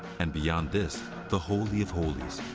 and beyond this, the holy of holies,